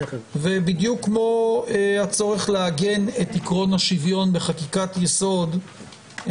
ובדיוק כמו הצורך להגן את עקרון השוויון בחקיקת יסוד,